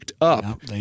up